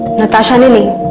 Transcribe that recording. natasha and i mean